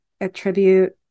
attribute